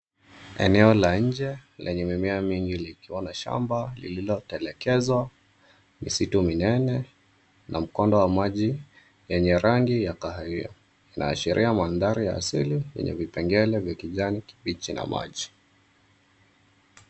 Eneo la nje lenye mimea mingi likiwa na shamba lililotelekezwa. Misitu minene na mkondo wa maji yenye rangi ya kahawia. Inaashiria mandhari ya asili yenye vipengele cha kijani kibichi na maji.